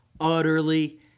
utterly